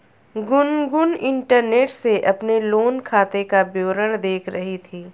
Gungun internet से अपने loan खाते का विवरण देख रही थी